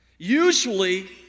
Usually